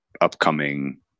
upcoming